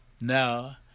Now